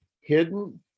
hidden